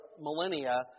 millennia